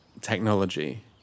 technology